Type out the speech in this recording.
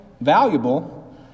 valuable